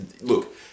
look